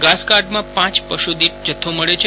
ઘાસકાર્કમાં પાંચ પશુદીઠ જથ્થો મળે છે